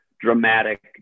dramatic